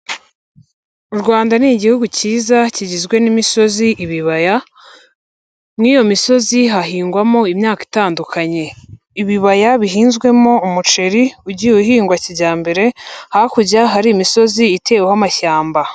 U Rwanda ni Igihugu cyiza kigizwe n'imisozi, ibibaya, mu iyo misozi hahingwamo imyaka itandukanye, ibibaya bihinzwemo umuceri, ugiye uhingwa kijyambere, hakurya hari imisozi iteweho amashyamba.